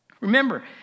Remember